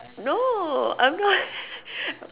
no I'm not